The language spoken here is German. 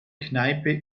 kneipe